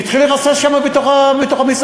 והתחיל לרסס שם בתוך המסעדה,